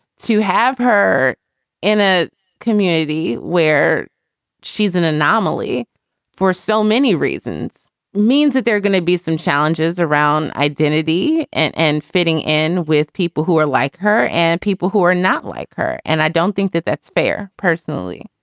to have her in a community where she's an anomaly for so many reasons means that there's gonna be some challenges around identity and and fitting in with people who are like her and people who are not like her. and i don't think that that's fair. personally.